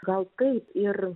gal taip ir